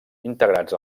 integrats